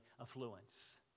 affluence